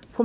(DF):